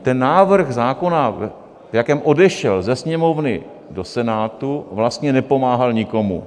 Ten návrh zákona, v jakém odešel ze Sněmovny do Senátu, vlastně nepomáhal nikomu.